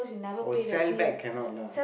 oh sell back cannot lah